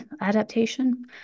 adaptation